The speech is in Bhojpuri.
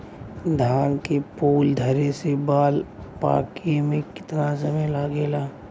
धान के फूल धरे से बाल पाके में कितना समय लागेला?